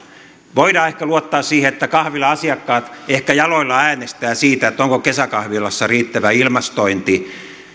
voidaan ehkä luottaa siihen että kahvilan asiakkaat ehkä jaloillaan äänestävät siitä onko kesäkahvilassa riittävä ilmastointi